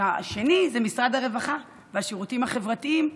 השני זה משרד הרווחה והשירותים החברתיים,